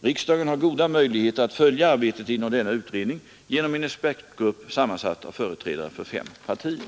Riksdagen har goda möjligheter att följa arbetet inom denna utredning genom en expertgrupp sammansatt av företrädare för fem partier.